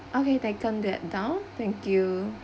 okay taken that down thank you